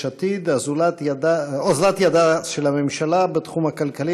עתיד: אוזלת ידה של הממשלה בתחום הכלכלי,